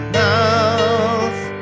mouth